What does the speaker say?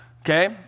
okay